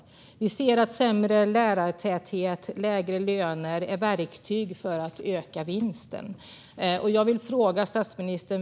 Vi ser att sämre lärartäthet och lägre löner är verktyg för att öka vinsten.